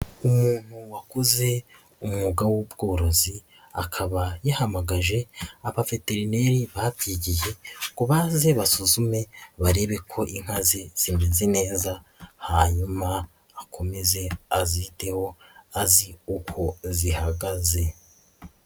Umuntu wakoze umwuga w'uubworozi akaba yahamagaje abaveterineri babyigiye ngo baze basuzume barebe ko inka ze zimeze neza hanyuma akomeze aziteho azi uko zihagaze.